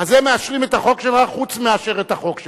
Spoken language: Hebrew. אז הם מאשרים את החוק חוץ מאשר את החוק שלך.